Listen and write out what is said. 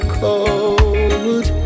cold